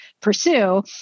pursue